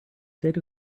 state